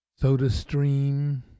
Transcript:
SodaStream